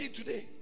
today